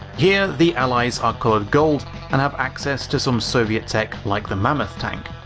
here the allies are coloured gold and have access to some soviet tech like the mammoth tank.